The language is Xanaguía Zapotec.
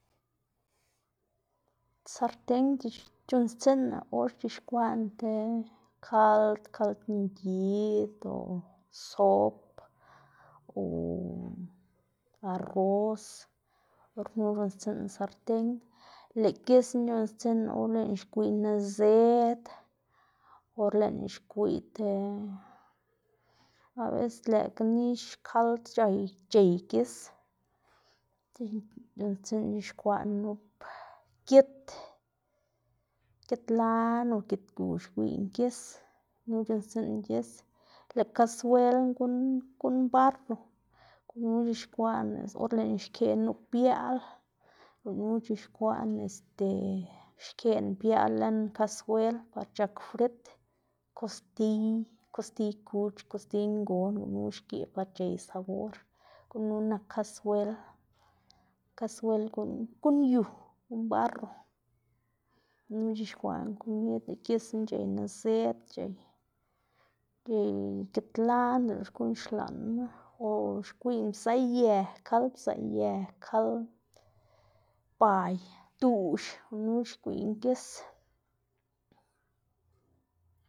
Sarten c̲h̲ix- c̲h̲unnstsiꞌnná or c̲h̲ixkwaꞌná ti kald kald ngid o sop o arroz or knu c̲h̲unnstsiꞌnná sarten, lëꞌ gisna c̲h̲unnstsiꞌnná or lëꞌná xgwiꞌy nizëd or lëꞌná xgwiy ti abecés lëꞌkga nix kald c̲h̲ay c̲h̲ey gis, diꞌltsa ix̱ixkwaꞌná nup git, gitlan o gitgu xgwiꞌyná gis or knu c̲h̲unnstsiꞌnná gis, lëꞌ kasuelna guꞌn uꞌn barro gunu c̲h̲ixkwaꞌná or lëꞌná xkeꞌ nup biaꞌl gunu c̲h̲ixkwaꞌná este xkeꞌná biaꞌl lën kasuel par c̲h̲ak frit, kostiy kostiy kuch, kostiy ngon gunu xgeꞌ par c̲h̲ey sabor, gunu nak kasuel, kasuel guꞌn guꞌn yu, guꞌn barro, gunu c̲h̲ixkwaꞌná komid lëꞌ gisná c̲h̲ey nizëd c̲h̲ey, c̲h̲ey gitlan dele xkuꞌn xlaꞌnma o xgwiꞌyná pzaꞌye, kald pzaꞌye, kald bay, duꞌx gunu xgwiꞌyná gis.